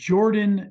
Jordan